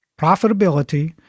profitability